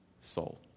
soul